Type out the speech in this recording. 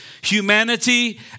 Humanity